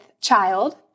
child